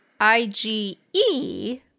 IgE